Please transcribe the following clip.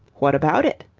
what about it?